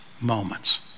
moments